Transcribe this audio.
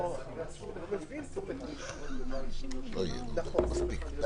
נציב שירות המדינה קבע שמי שיכול